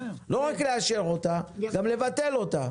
לא רק לאשר אותה, גם לבטל אותה.